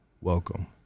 welcome